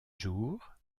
jours